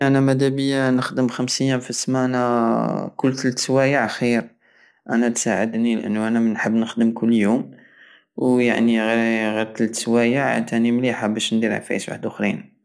انا مدابية نخدم خمس يام في السمانة كل تلت سواليع خير انا تساعدني لانو انا نحب نخدم كل يوم ويعني غير تلات سوايع تاني مليحة بش ندبر عفايس وحدوخرين